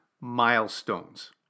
milestones